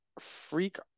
Freak